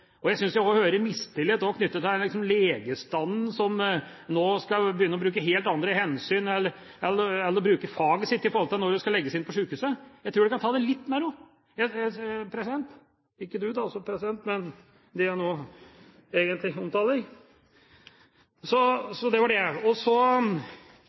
ute. Jeg synes også jeg hører mistillit knyttet til legestanden som nå skal begynne å ta helt andre hensyn og bruke faget sitt i forhold til når en skal legges inn på sykehuset. Jeg tror dere kan ta det litt med ro. – Ikke du da, president, men de jeg nå egentlig omtaler. – Så det var det. Så